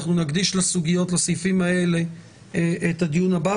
אנחנו נקדיש לסעיפים האלה את הדיון הבא,